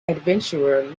adventurer